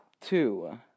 two